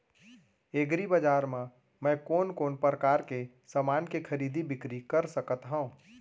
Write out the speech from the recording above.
एग्रीबजार मा मैं कोन कोन परकार के समान के खरीदी बिक्री कर सकत हव?